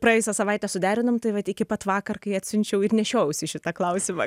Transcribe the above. praėjusią savaitę suderinom tai vat iki pat vakar kai atsiunčiau ir nešiojausi šitą klausimą